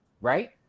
Right